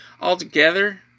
altogether